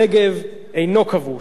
כל חבלי הארץ הללו,